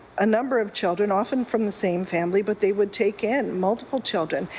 a number of children. often from the same family. but they would take in multiple children.